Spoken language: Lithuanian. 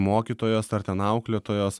mokytojos ar ten auklėtojos